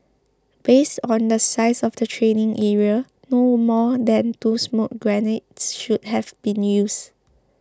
based on the size of the training area no more than two smoke grenades should have been used